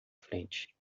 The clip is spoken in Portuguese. frente